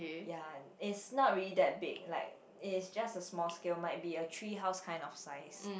ya it's not really that big like it is just a small scale might be a tree house kind of size